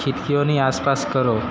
ખીડકીઓની આસપાસ કરો